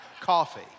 coffee